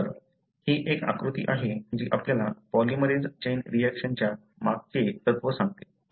तर हे एक आकृती आहे जी आपल्याला पॉलिमरेझ चैन रिऍक्शनच्या मागेचे तत्त्व सांगते